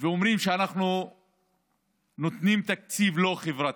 ואומרים שאנחנו נותנים תקציב לא חברתי.